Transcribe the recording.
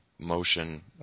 motion